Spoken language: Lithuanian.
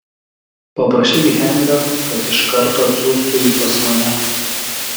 paprašyk henrio kad iš karto atsiųstų jį pas mane